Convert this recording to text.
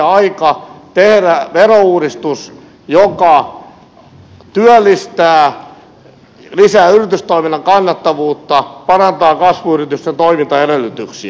nyt oli todellakin aika tehdä verouudistus joka työllistää lisää yritystoiminnan kannattavuutta parantaa kasvuyritysten toimintaedellytyksiä